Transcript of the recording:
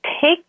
take